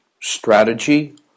strategy